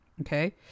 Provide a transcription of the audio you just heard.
Okay